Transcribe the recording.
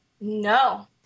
No